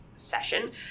session